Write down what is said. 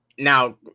Now